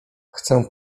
chcę